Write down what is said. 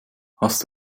hast